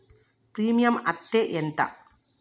Premium అత్తే ఎంత?